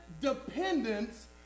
dependence